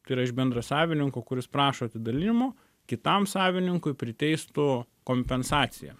tai yra iš bendrasavininko kuris prašo atidalinimo kitam savininkui priteistų kompensaciją